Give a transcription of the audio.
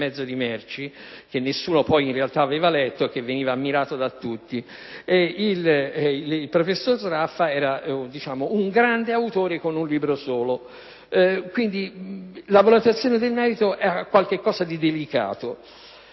a mezzo di merci», che nessuno poi in realtà aveva letto e che veniva ammirato da tutti. Il professor Sraffa era diventato un grande autore con un libro solo. Quindi, la valutazione del merito è una questione delicata.